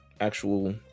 actual